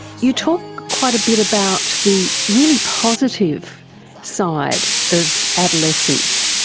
you talk quite a bit about the really positive side of adolescence.